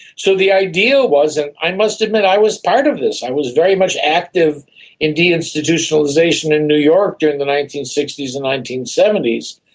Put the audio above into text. so the idea was that, i must admit i was part of this, i was very much active in deinstitutionalisation in new york during the nineteen sixty s and nineteen seventy s,